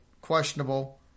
questionable